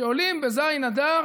שעולים בז' באדר